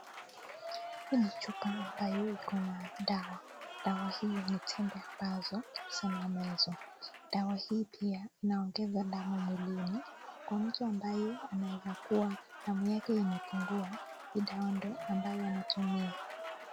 Hii ni chupa ambayo iko na dawa. Dawa hii ni tembe ambazo zina mezwa. Dawa hii pia inaongeza damu mwilini. Kwa mtu ambaye anaeza kuwa damu yake imepungua, hii dawa ndio ambayo anatumia.